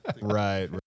right